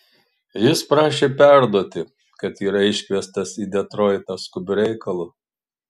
jis prašė perduoti kad yra iškviestas į detroitą skubiu reikalu